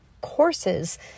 courses